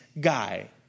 guy